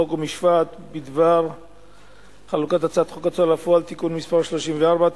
חוק ומשפט בדבר חלוקת הצעת חוק ההוצאה לפועל (תיקון מס' 34),